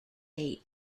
ate